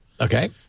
Okay